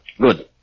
Good